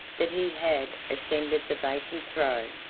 that he had ascended the vacant throne.